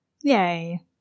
Yay